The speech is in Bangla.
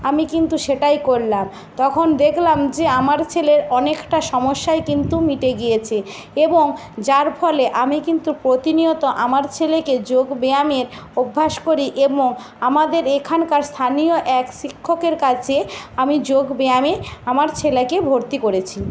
আমি কিন্তু সেটাই করলাম তখন দেখলাম যে আমার ছেলের অনেকটা সমস্যাই কিন্তু মিটে গিয়েছে এবং যার ফলে আমি কিন্তু প্রতিনিয়ত আমার ছেলেকে যোগ ব্যায়ামের অভ্যাস করি এবং আমাদের এখানকার স্থানীয় এক শিক্ষকের কাছে আমি যোগব্যায়ামে আমার ছেলেকে ভর্তি করেছি